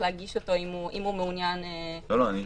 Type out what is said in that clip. להגיש אותו אם הוא מעוניין --- טכנית,